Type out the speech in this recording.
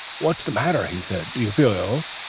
what's the matter he said. do you feel ill